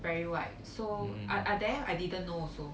very wide so I I then I didn't know also